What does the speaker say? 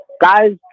guys